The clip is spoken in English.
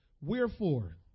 Wherefore